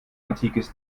antikes